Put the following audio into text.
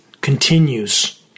continues